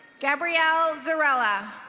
gabrielle zarrella.